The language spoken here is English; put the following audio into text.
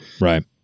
Right